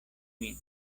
min